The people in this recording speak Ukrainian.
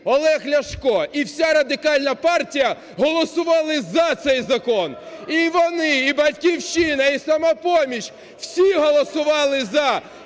Олег Ляшко, і всі Радикальна партія голосували за цей закон. І вони: і "Батьківщина", і "Самопоміч" – всі голосували "за",